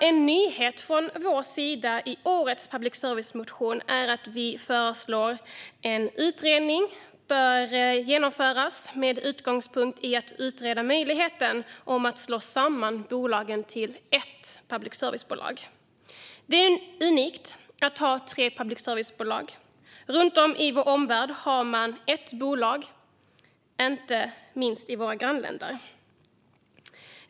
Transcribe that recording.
En nyhet från vår sida i årets public service-motion är att vi föreslår en utredning med utgångspunkt i att utreda möjligheten att slå samman bolagen till ett public service-bolag. Det är unikt att ha tre public service-bolag. Runt om i vår omvärld har man ett bolag, inte minst i våra grannländer.